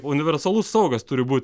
universalus saugas turi būt